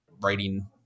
writing